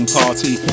party